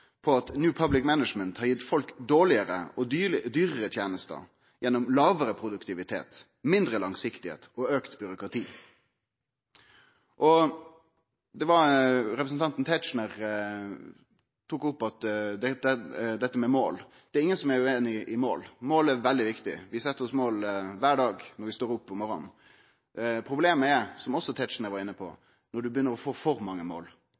på at New Public Management har gitt folk dårlegare og dyrare tenester gjennom lågare produktivitet, mindre langsiktigheit og auka byråkrati. Representanten Tetzschner tok opp dette med mål. Det er ingen som er ueinige i mål. Mål er veldig viktig, vi set oss mål kvar dag når vi står opp om morgonen. Problemet er – som Tetzschner også var inne på – når ein begynner å få for mange mål,